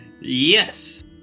Yes